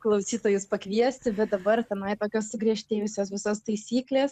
klausytojus pakviesti bet dabar tenai tokios sugriežtėjusios visos taisyklės